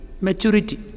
maturity